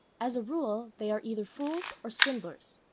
as a rule they are either fools or swindlers!